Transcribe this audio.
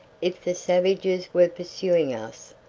if the savages were pursuing us,